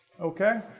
Okay